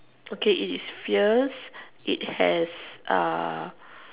okay it is fierce it has